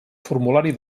formulari